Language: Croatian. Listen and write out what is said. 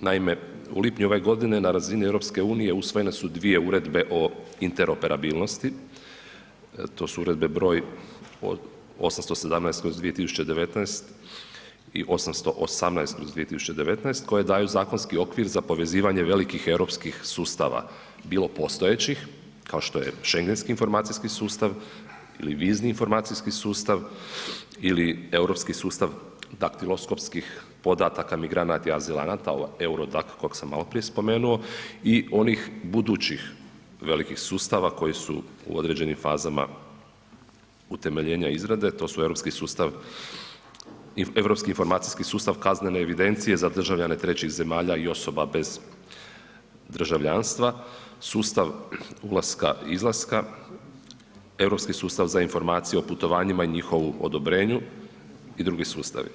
naime u lipnju ove godine na razini EU-a usvojene su dvije uredbe o interoperabilnosti, to su Uredbe br. 817/2019 i 818/2019 koje daju zakonski okvir za povezivanje velikih europskih sustava bilo postojećih kao što je schengenski informacijski sustav ili vizni informacijski sustav ili europski sustav daktiloskopskih podataka migranata i azilanata, ovaj EURODAC kojeg sam maloprije spomenuo i onih budućih velikih sustav koji su u određenim fazama utemeljenja izrade, to su europski informacijski sustav kazneni sustav za državljane trećih zemalja i osoba bez državljanstva, sustav ulaska-izlaska europski sustav za informacije o putovanjima i njihovu odobrenju i drugi sustavi.